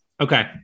Okay